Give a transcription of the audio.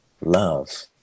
love